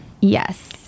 Yes